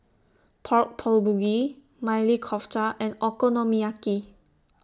Pork Bulgogi Maili Kofta and Okonomiyaki